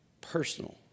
personal